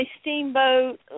Steamboat